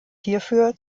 hierfür